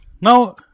now